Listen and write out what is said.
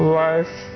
life